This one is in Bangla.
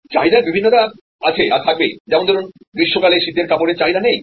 চাহিদার বিভিন্নতা আছেআর থাকবেই যেমন ধরুন গ্রীষ্মকালে শীতের কাপড়ের চাহিদা নেই